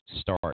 start